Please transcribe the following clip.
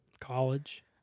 College